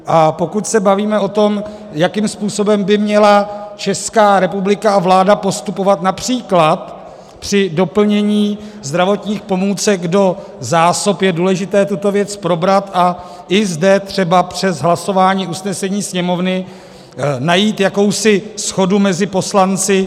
A pokud se bavíme o tom, jakým způsobem by měla ČR a vláda postupovat například při doplnění zdravotních pomůcek do zásob, je důležité tuto věc probrat a i zde třeba přes hlasování usnesení Sněmovny najít jakousi shodu mezi poslanci.